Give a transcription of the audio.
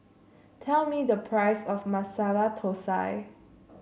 tell me the price of Masala Thosai